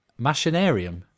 machinarium